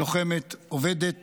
לוחמת, עובדת